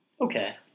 Okay